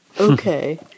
Okay